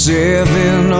Seven